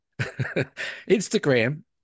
Instagram